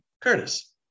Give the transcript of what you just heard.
Curtis